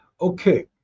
Okay